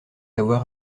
avoir